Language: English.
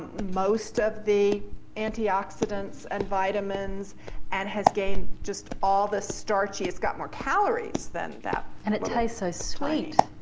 most of the antioxidants and vitamins and has gained just all the starch, it's got more calories than that. and it tastes so sweet.